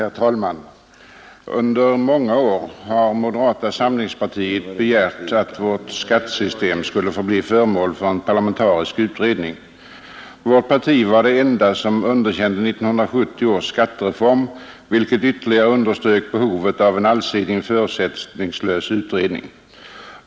Herr talman! Under många år har moderata samlingspartiet begärt att vårt skattesystem skulle bli föremål för en parlamentarisk utredning. Vårt parti var det enda som underkände 1970 års skattereform, vilken ytterligare underströk behovet av en allsidig förutsättningslös utredning.